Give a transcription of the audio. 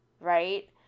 right